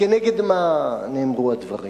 כנגד מה נאמרו הדברים?